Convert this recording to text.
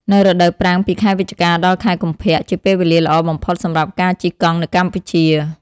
នៅរដូវប្រាំងពីខែវិច្ឆិកា ដល់ ខែកុម្ភ ជាពេលវេលាល្អបំផុតសម្រាប់ការជិះកង់នៅកម្ពុជា។